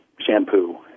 shampoo